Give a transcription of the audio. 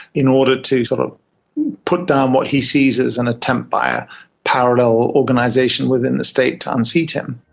in order to sort of put down what he sees as an attempt by a parallel organisation within the state to unseat him.